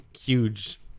huge